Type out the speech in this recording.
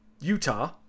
Utah